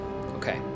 Okay